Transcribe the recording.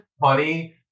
funny